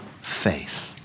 faith